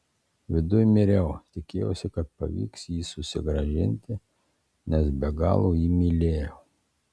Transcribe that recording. viduj miriau tikėjausi kad pavyks jį susigrąžinti nes be galo jį mylėjau